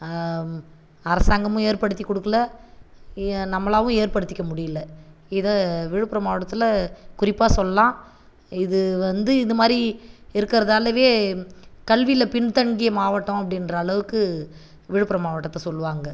அரசாங்கமும் ஏற்படுத்தி கொடுக்கல நம்மளாகவும் ஏற்படுத்திக்க முடியல இதை விழுப்புரம் மாவட்டத்தில் குறிப்பாக சொல்லலாம் இது வந்து இது மாரி இருக்கிறதாலவே கல்வியில பின் தங்கிய மாவட்டம் அப்படின்றளவுக்கு விழுப்புரம் மாவட்டத்தை சொல்லுவாங்க